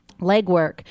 legwork